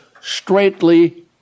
straightly